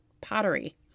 pottery